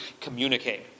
communicate